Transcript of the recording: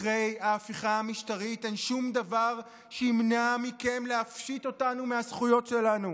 אחרי ההפיכה המשטרית אין שום דבר שימנע מכם להפשיט אותנו מהזכויות שלנו.